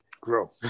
grow